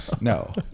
No